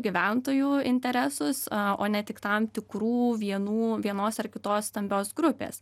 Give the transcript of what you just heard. gyventojų interesus o ne tik tam tikrų vienų vienos ar kitos stambios grupės